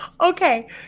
Okay